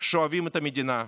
שאוהבים את המדינה,